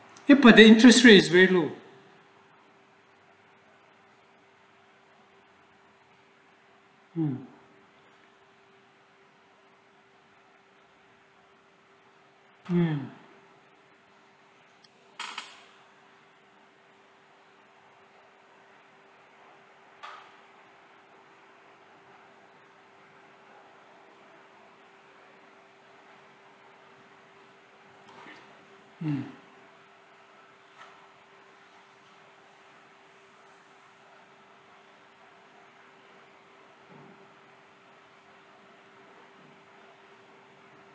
you put interest rate is very low mm mm mm